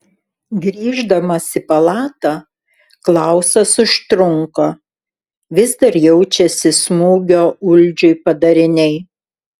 grįždamas į palatą klausas užtrunka vis dar jaučiasi smūgio uldžiui padariniai